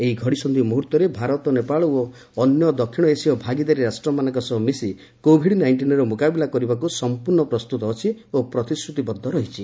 ଏହି ଘଡ଼ିସନ୍ଧି ମୁହର୍ତ୍ତରେ ଭାରତ ନେପାଳ ଓ ଅନ୍ୟ ଦକ୍ଷିଣ ଏସୀୟ ଭାଗିଦାରୀ ରାଷ୍ଟ୍ରମାନଙ୍କ ସହ ମିଶି କୋଭିଡ୍ ନାଇଷ୍ଟିନ୍ର ମୁକାବିଲା କରିବାକୁ ସମ୍ପର୍ଣ୍ଣ ପ୍ରସ୍ତୁତ ଅଛି ଓ ପ୍ରତିଶ୍ରୁତିବଦ୍ଧ ରହିଛି